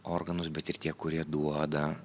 organus bet ir tie kurie duoda